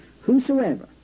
Whosoever